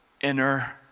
inner